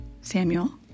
Samuel